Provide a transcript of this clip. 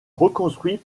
reconstruit